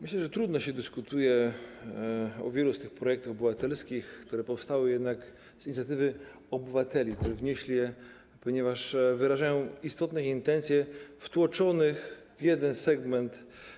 Myślę, że trudno się dyskutuje o wielu z tych projektów obywatelskich - które powstały z inicjatywy obywateli, którzy wnieśli je, ponieważ wyrażają one istotne intencje - wtłoczonych dzisiaj w jeden segment.